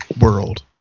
world